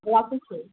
ৰাখিছোঁ